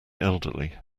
elderly